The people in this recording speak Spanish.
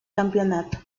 campeonato